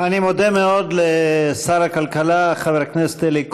אני מודה מאוד לשר הכלכלה, חבר הכנסת אלי כהן,